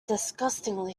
disgustingly